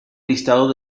listado